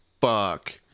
fuck